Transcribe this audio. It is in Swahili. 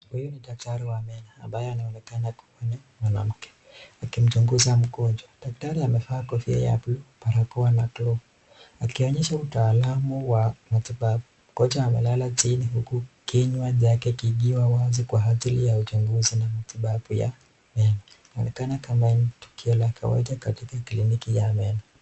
Huyu ni daktari wa meno, ambaye anaonekana kumuona mwanamke. Akimchunguza mgonjwa, daktari amevaa kofia ya blue , barakoa na glavu, akionyesha mtaalamu wa matibabu. Mgonjwa amelala chini huku kinywa chake kikiwa wazi kwa ajili ya uchunguzi na matibabu ya meno. Inaonekana kama ni tukio la kawaida katika kliniki ya meno.